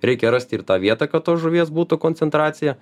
reikia rasti ir tą vietą kad tos žuvies būtų koncentracija